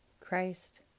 Christ